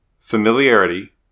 familiarity